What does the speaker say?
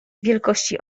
wielkości